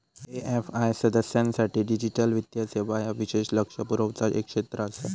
AFI सदस्यांसाठी digital वित्तीय सेवा ह्या विशेष लक्ष पुरवचा एक क्षेत्र आसा